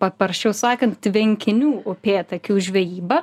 paprasčiau sakant tvenkinių upėtakių žvejyba